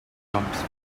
jumps